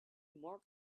mark